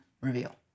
reveal